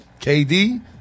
KD